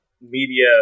Media